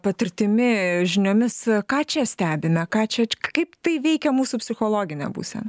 patirtimi žiniomis ką čia stebime ką čia kaip tai veikia mūsų psichologinę pusę